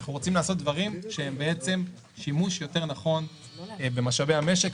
אנחנו רוצים לעשות דברים שהם שימוש יותר נכון במשאבי המשק,